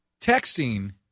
texting